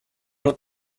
not